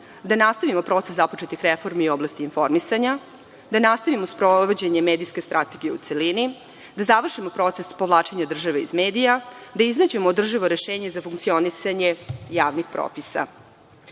da nastavimo proces započetih reformi u oblasti informisanja, da nastavimo sprovođenje medijske strategije u celini, da završimo proces povlačenja države iz medija, da iznađemo održivo rešenje za funkcionisanje javnih propisa. Još